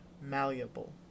malleable